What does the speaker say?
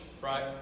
right